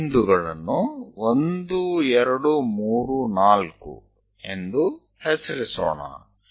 ಈ ಬಿಂದುಗಳನ್ನು 1 2 3 4 ಎಂದು ಹೆಸರಿಸೋಣ